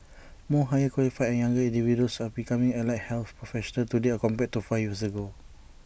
more higher qualified and younger individuals are becoming allied health professionals today compared to five years ago